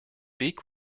beak